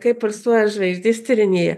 kaip pulsuoja žvaigždės tyrinėja